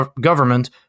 government